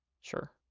sure